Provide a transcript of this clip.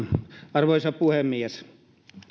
arvoisa puhemies